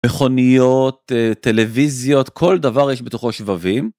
מכוניות טלוויזיות כל דבר יש בתוכו שבבים.